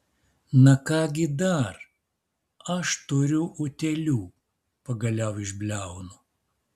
na ką gi dar aš turiu utėlių pagaliau išbliaunu